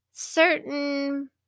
certain